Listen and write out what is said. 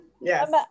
Yes